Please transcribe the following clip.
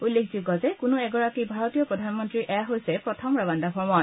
উল্লেখযোগ্য যে কোনো এগৰাকী ভাৰতীয় প্ৰধানমন্ত্ৰীৰ এয়া হৈছে প্ৰথম ৰাৱাণ্ডা ভ্ৰমণ